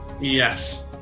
Yes